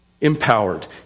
empowered